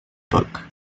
book